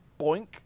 Boink